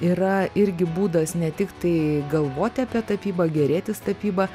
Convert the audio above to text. yra irgi būdas ne tiktai galvoti apie tapybą gerėtis tapyba